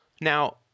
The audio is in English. now